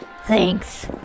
Thanks